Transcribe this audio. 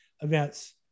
events